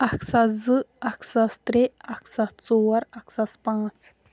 اَکھ ساس زٕ اَکھ ساس ترٛےٚ اَکھ ساس ژور اَکھ ساس پانٛژھ